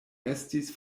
estis